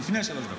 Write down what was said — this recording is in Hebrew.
לפני שלוש דקות.